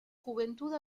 juventud